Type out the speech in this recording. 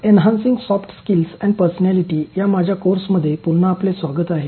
enhancing soft skills and personality या माझ्या कोर्समध्ये पुन्हा आपले स्वागत आहे